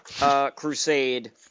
crusade